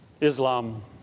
Islam